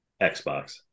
Xbox